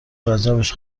وجبش